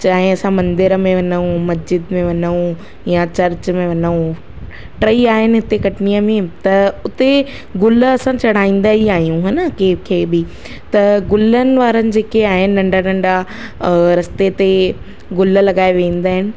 चाहे असां मंदर में वञूं मस्जिद में वञूं या चर्च में वञूं टे ई आहिनि हिते कटनीअ में त उते गुल असां चढ़ाईंदा ई आयूं हा न कंहिंखे बि त गुलनि वारनि जेके आहिनि नंढा नंढा रस्ते ते गुल लॻाए विहंदा आहिनि